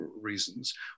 reasons